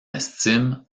estime